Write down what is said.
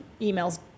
emails